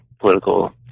political